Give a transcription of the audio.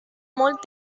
molt